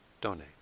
donate